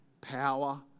power